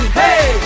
hey